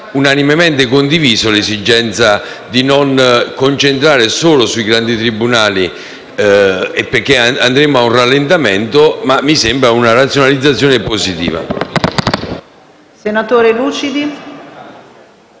unanimemente condivisa l'esigenza di non concentrare solo sui grandi tribunali, poiché sarebbe un rallentamento. Questa mi sembra una razionalizzazione positiva.